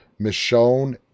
Michonne